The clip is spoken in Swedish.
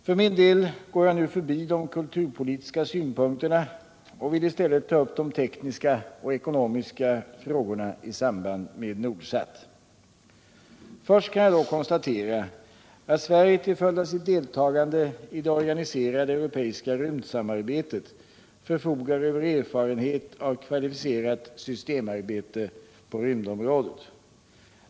För min del går jag förbi de kulturpolitiska synpunkterna och vill i stället ta upp de tekniska och ekonomiska frågorna i samband med NORDSAT. Först kan jag konstatera att Sverige till följd av sitt deltagande i det organiserade europeiska rymdsamarbetet förfogar över erfarenhet av kvalificerat systemarbete på rymdområdet.